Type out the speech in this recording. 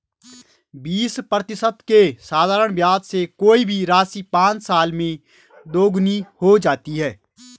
बीस प्रतिशत के साधारण ब्याज से कोई भी राशि पाँच साल में दोगुनी हो जाती है